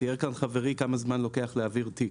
תיאר כאן חברי כמה זמן לוקח להעביר תיק.